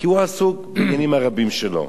כי הוא עסוק בעניינים הרבים שלו.